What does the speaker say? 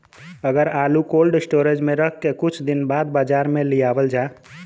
अगर आलू cold storage में रख के कुछ दिन बाद बाजार में लियावल जा?